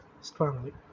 strongly